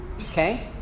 Okay